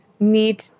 need